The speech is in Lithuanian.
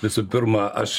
visų pirma aš